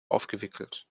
aufgewickelt